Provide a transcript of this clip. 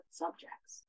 subjects